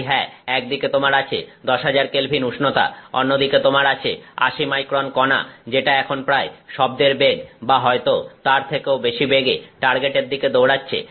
তাই হ্যাঁ একদিকে তোমার আছে 10000K উষ্ণতা অন্যদিকে তোমার আছে 80 মাইক্রন কণা যেটা এখন প্রায় শব্দের বেগ বা হয়ত তার থেকেও বেশি বেগে টার্গেটের দিকে দৌড়াচ্ছে